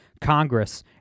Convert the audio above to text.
Congress